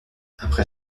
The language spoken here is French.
après